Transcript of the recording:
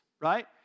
right